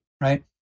right